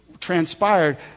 transpired